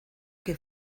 que